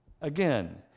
again